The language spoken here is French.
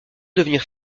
devenir